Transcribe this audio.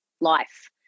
life